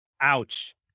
Ouch